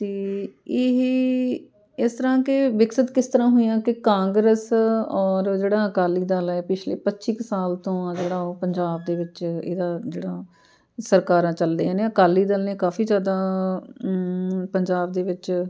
ਅਤੇ ਇਹ ਇਸ ਤਰ੍ਹਾਂ ਕਿ ਵਿਕਸਿਤ ਕਿਸ ਤਰ੍ਹਾਂ ਹੋਈਆਂ ਕਿ ਕਾਂਗਰਸ ਔਰ ਜਿਹੜਾ ਅਕਾਲੀ ਦਲ ਹੈ ਪਿਛਲੇ ਪੱਚੀ ਕੁ ਸਾਲ ਤੋਂ ਆ ਜਿਹੜਾ ਉਹ ਪੰਜਾਬ ਦੇ ਵਿੱਚ ਇਹਦਾ ਜਿਹੜਾ ਸਰਕਾਰਾਂ ਚੱਲਦੀਆਂ ਨੇ ਅਕਾਲੀ ਦਲ ਨੇ ਕਾਫੀ ਜ਼ਿਆਦਾ ਪੰਜਾਬ ਦੇ ਵਿੱਚ